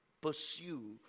pursue